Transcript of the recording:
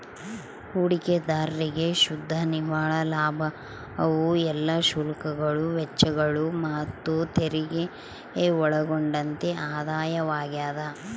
ಹೂಡಿಕೆದಾರ್ರಿಗೆ ಶುದ್ಧ ನಿವ್ವಳ ಲಾಭವು ಎಲ್ಲಾ ಶುಲ್ಕಗಳು ವೆಚ್ಚಗಳು ಮತ್ತುತೆರಿಗೆ ಒಳಗೊಂಡಂತೆ ಆದಾಯವಾಗ್ಯದ